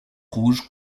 rouge